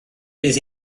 bydd